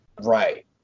Right